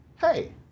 hey